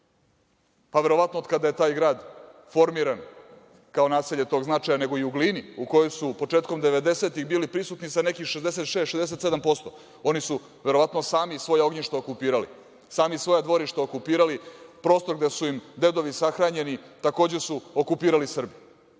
pa verovatno od kada je taj grad formiran kao naselje tog značaja, nego i u Glini u kojoj su početkom 90-tih bili prisutni sa nekih 66, 67%. Oni su verovatno sami svoje ognjišta okupirali, sami svoja dvorišta okupirali, prostor gde su im dedovi sahranjeni takođe su okupirali Srbi.